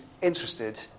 interested